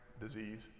disease